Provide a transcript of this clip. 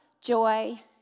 joy